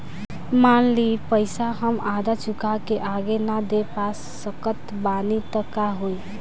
मान ली पईसा हम आधा चुका के आगे न दे पा सकत बानी त का होई?